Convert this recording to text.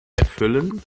erfüllen